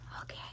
Okay